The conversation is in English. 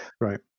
right